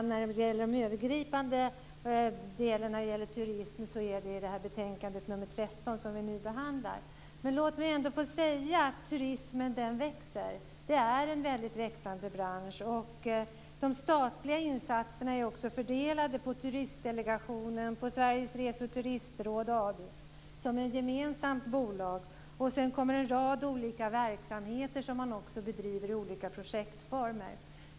Den övergripande delen av turismen behandlas i betänkande nr 13 som vi nu behandlar. Låt mig också få säga att turismen växer. Det är en växande bransch. De statliga insatserna är också fördelade på Turistdelegationen och på Sveriges Rese och Turistråd AB som är ett gemensamt bolag. Dessutom finns det en rad olika verksamheter som man också bedriver i olika projektformer.